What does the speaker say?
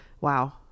wow